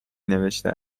نوشته